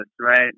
right